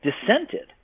dissented